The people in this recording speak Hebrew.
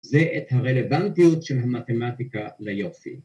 ‫זה את הרלוונטיות ‫של המתמטיקה ליופי.